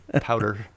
powder